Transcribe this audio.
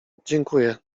dziękuję